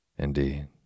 Indeed